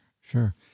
sure